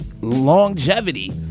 longevity